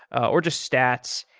or just stats,